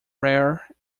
rare